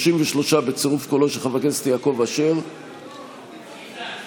ההסתייגות (4) של קבוצת סיעת ישראל ביתנו וקבוצת סיעת יש עתיד-תל"ם